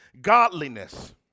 Godliness